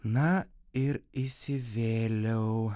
na ir įsivėliau